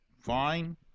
fine